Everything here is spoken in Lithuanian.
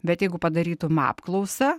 bet jeigu padarytum apklausą